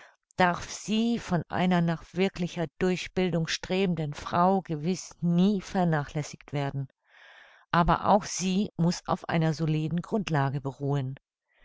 darf sie von einer nach wirklicher durchbildung strebenden frau gewiß nie vernachlässigt werden aber auch sie muß auf einer soliden grundlage beruhen